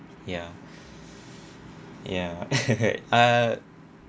ya ya uh